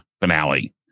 finale